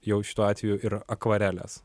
jau šiuo atveju ir akvarelės